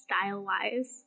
style-wise